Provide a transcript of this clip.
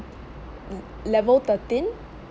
level thirteen